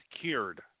cured